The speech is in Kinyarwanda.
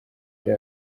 ari